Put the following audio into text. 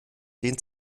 dehnt